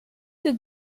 did